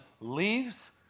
leaves